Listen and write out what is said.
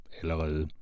allerede